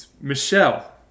Michelle